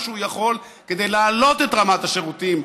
שהוא יכול כדי להעלות את רמת השירותים,